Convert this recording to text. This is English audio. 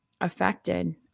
affected